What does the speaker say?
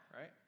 right